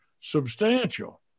substantial